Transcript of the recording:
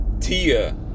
Tia